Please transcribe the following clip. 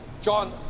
John